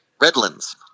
Redlands